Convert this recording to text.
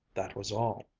that was all.